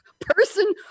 person